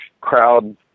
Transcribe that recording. crowd